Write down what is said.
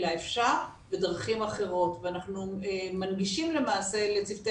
אלא אפשר בדרכים אחרות ואנחנו מנגישים לצוותי